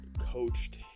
coached